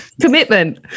commitment